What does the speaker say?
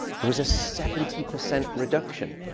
there was a seventy percent reduction.